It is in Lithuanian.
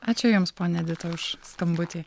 ačiū jums ponia edita už skambutį